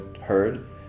heard